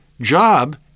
job